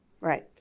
Right